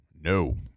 no